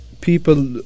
People